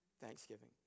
Thanksgiving